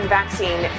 vaccine